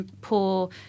poor